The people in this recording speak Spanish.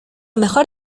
mejor